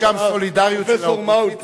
יש גם סולידריות של האופוזיציה.